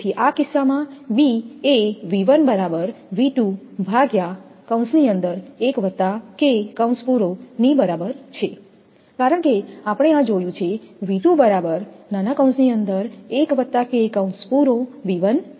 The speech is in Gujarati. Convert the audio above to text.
તેથી આ કિસ્સામાં b એ V1 V2 1 k ની બરાબર છે કારણ કે આપણે આ જોયું છે V2 બરાબર 1 KV1 છે